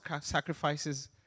sacrifices